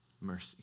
Mercy